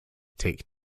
tik